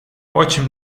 очень